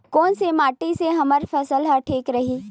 कोन से माटी से हमर फसल ह ठीक रही?